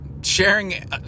sharing